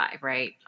right